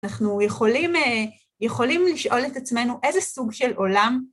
אנחנו יכולים לשאול את עצמנו איזה סוג של עולם